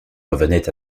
revenait